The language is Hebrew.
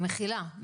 מחילה.